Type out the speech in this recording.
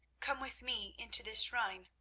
come with me into this shrine,